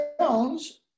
Jones